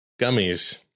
Gummies